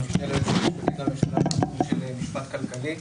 אני המשנה ליועצת המשפטית לממשלה בתחום משפט כלכלי.